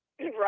Right